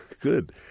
Good